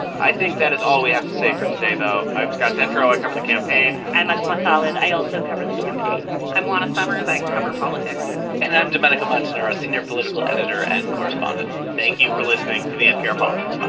i think that is all we have to say for today, though i'm scott detrow. i cover the campaign i'm asma khalid. i also cover the campaign i'm juana summers. i cover politics and i'm domenico montanaro, senior political editor and correspondent thank you for listening to the npr politics